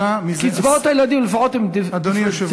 קצבאות הילדים לפחות הן דיפרנציאליות.